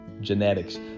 Genetics